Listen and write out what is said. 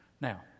Now